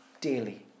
daily